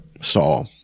saw